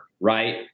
Right